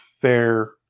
fair